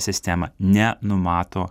sistema nenumato